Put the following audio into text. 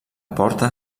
porta